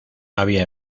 había